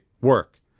work